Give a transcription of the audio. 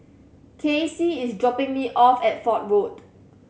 Cassie is dropping me off at Fort Road